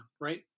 right